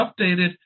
updated